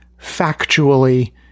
factually